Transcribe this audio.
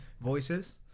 voices